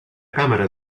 càmera